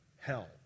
hell